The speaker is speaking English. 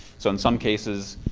so in some cases,